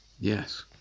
Yes